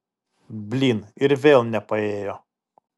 blyn ir vėl nepaėjo